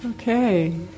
Okay